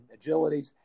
agilities